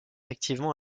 activement